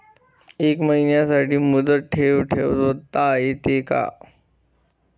एका महिन्यासाठी मुदत ठेव ठेवता येते का?